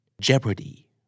Jeopardy